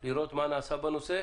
כדי לראות מה נעשה בנושא,